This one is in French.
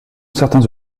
certains